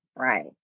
right